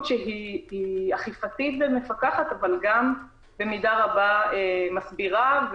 שהיא אכיפתית ומפקחת אבל גם במידה רבה מסבירה,